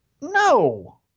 No